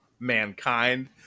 mankind